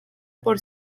por